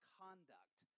conduct